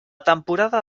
temporada